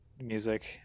music